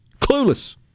Clueless